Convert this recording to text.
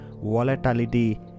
volatility